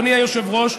אדוני היושב-ראש,